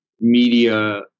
media